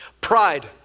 Pride